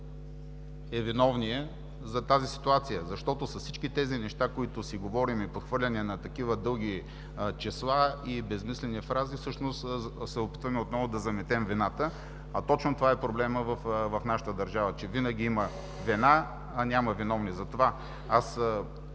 е виновният за тази ситуация? Защото, с всички тези неща, които си говорим – подхвърляния на такива дълги числа и безсмислени фрази, всъщност се опитваме отново да заметем вината, а точно това е проблемът в нашата държава, че винаги има вина, а няма виновни за това.